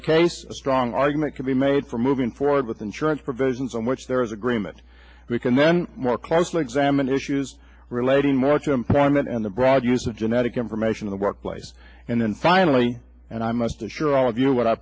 the case a strong argument could be made for moving forward with insurance provisions on which there is agreement we can then more closely examine issues relating much employment and the broad use of genetic information in the workplace and then finally and i must assure all of you what i